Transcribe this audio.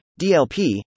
DLP